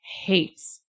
hates